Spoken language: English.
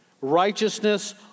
Righteousness